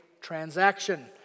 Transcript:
transaction